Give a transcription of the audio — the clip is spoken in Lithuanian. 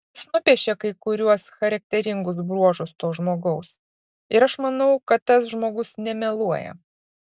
jis nupiešė kai kuriuos charakteringus bruožus to žmogaus ir aš manau kad tas žmogus nemeluoja